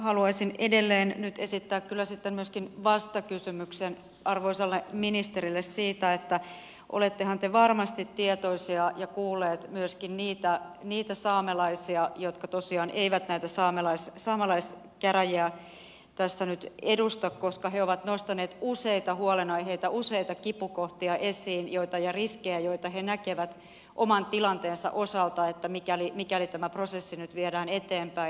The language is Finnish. haluaisin edelleen nyt esittää kyllä sitten myöskin vastakysymyksen arvoisalle ministerille siitä että olettehan te varmasti tietoisia ja kuulleet myöskin niitä saamelaisia jotka tosiaan eivät näitä saamelaiskäräjiä tässä nyt edusta koska he ovat nostaneet esiin useita huolenaiheita useita kipukohtia ja riskejä joita he näkevät oman tilanteensa osalta mikäli tämä prosessi nyt viedään eteenpäin